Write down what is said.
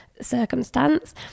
circumstance